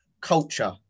culture